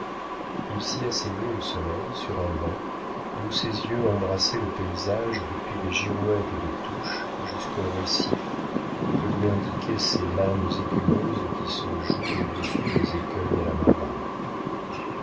il s'y asseyait au soleil sur un banc d'où ses yeux embrassaient le paysage depuis les girouettes des touches jusqu'aux rescifs que lui indiquaient ces lames écumeuses qui se jouent au-dessus des écueils à la marée